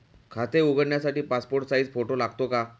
खाते उघडण्यासाठी passport size photo लागतो का?